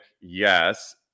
yes